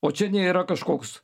o čia nėra kažkoks